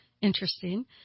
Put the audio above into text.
interesting